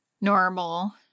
normal